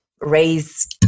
raise